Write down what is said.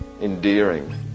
endearing